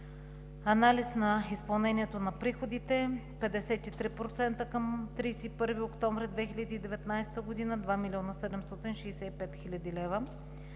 анализ на изпълнението на приходите – 53% към 31 октомври 2019 г. – 2 млн. 765 хил. лв.;